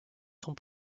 sont